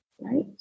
right